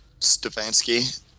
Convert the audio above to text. Stefanski